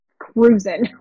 cruising